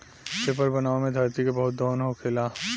paper बनावे मे धरती के बहुत दोहन होखेला